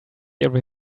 every